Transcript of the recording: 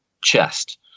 chest